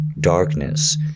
Darkness